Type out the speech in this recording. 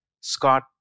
Scott